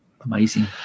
amazing